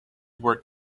were